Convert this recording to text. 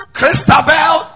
Christabel